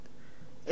עקרונות